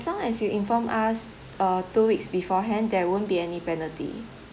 long as you inform us uh two weeks beforehand there won't be any penalty